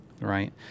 Right